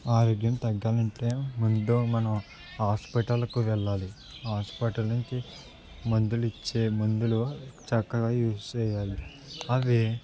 ఆరోగ్యం తగ్గాలి అంటే ముందు మనం హాస్పిటల్కి వెళ్ళాలి హాస్పిటల్కి మందులు ఇచ్చే మందులు చక్కగా యూస్ చేయాలి అవి